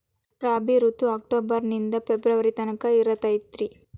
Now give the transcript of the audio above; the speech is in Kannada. ರಾಬಿ ಋತು ಅಕ್ಟೋಬರ್ ನಿಂದ ಫೆಬ್ರುವರಿ ತನಕ ಇರತೈತ್ರಿ